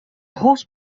host